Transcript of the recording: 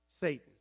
Satan